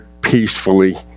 peacefully